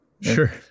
sure